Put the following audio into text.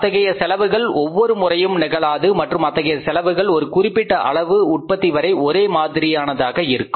இத்தகைய செலவுகள் ஒவ்வொருமுறையும் நிகழாது மற்றும் அத்தகைய செலவுகள் ஒரு குறிப்பிட்ட அளவு உற்பத்தி வரை ஒரே மாதிரியாக இருக்கும்